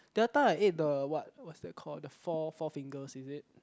the other time I ate the what what's that called the four Four-Fingers is it